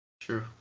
True